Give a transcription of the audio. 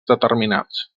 determinats